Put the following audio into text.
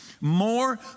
More